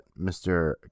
Mr